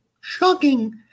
Shocking